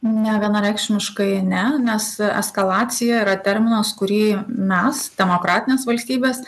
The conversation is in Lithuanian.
ne vienareikšmiškai ne nes eskalacija yra terminas kurį mes demokratines valstybes